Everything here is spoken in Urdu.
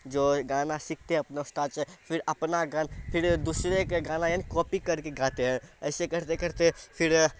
جو گانا سیکھتے اپنے استاد سے پھر اپنا گانا پھر دوسرے کے گانا یعنی کاپی کر کے گاتے ہیں ایسے کرتے کرتے پھر